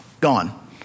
gone